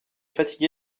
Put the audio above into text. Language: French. fatigué